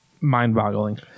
mind-boggling